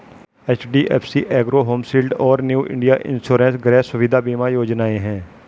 HDFC Ergo Home Shield और New India Insurance गृह सुविधा बीमा योजनाएं हैं